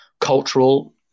cultural